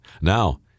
Now